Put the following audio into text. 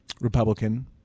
Republican